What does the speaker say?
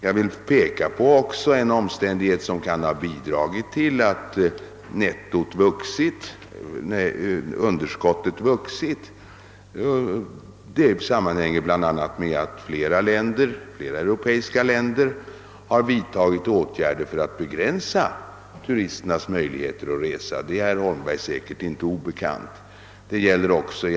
Jag vill också peka på en omständighet som kan ha bidragit till att underskottet har vuxit, nämligen att flera länder i Europa vidtagit åtgärder för att begränsa turisternas möjligheter att resa. Detta förhållande är säkerligen inte obekant för herr Holmberg.